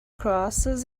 crosses